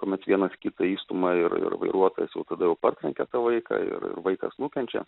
kuomet vienas kitą įstumia ir ir vairuotojas jau tada jau partrenkia tą vaiką ir vaikas nukenčia